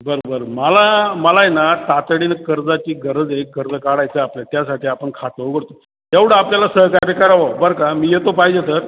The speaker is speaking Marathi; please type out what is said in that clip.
बरं बरं मला मला आहे ना तातडीनं कर्जाची गरज आहे कर्ज काढायचं आपलं त्यासाठी आपण खातं उघडतो तेवढं आपल्याला सहकार्य करावं बरं का मी येतो पाहिजे तर